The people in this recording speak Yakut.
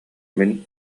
мин